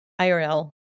IRL